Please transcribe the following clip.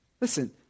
Listen